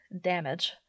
damage